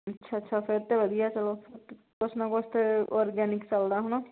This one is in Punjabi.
ਅੱਛਾ ਅੱਛਾ ਫਿਰ ਤਾਂ ਵਧੀਆ ਚੱਲੋ ਕੁਛ ਨਾ ਕੁਛ ਤਾਂ ਆਰਗੈਨਿਕ ਚੱਲਦਾ ਹੈ ਨਾ